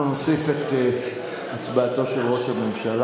אנחנו נוסיף את הצבעתו של ראש הממשלה.